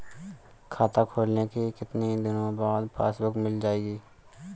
खाता खोलने के कितनी दिनो बाद पासबुक मिल जाएगी?